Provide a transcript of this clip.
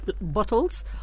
bottles